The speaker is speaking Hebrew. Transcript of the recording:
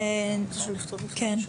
נכתוב מכתב לשב"ס.